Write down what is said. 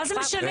מה זה משנה?